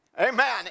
Amen